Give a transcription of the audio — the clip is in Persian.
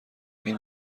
این